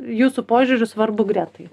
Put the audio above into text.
jūsų požiūriu svarbu gretai